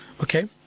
okay